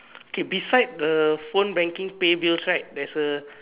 okay beside the phone banking pay bills right there's a